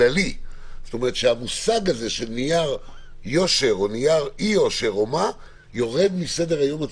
שלפיו המושג תעודת יושר יורד מסדר היום הציבורי.